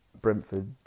Brentford